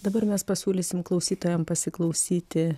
dabar mes pasiūlysim klausytojam pasiklausyti